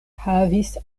havis